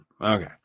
Okay